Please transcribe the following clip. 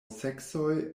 seksoj